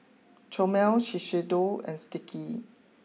Chomel Shiseido and Sticky